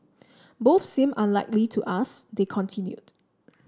both seem unlikely to us they continued